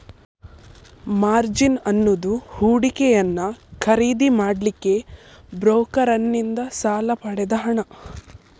margin ಅನ್ನುದು ಹೂಡಿಕೆಯನ್ನ ಖರೀದಿ ಮಾಡ್ಲಿಕ್ಕೆ ಬ್ರೋಕರನ್ನಿಂದ ಸಾಲ ಪಡೆದ ಹಣ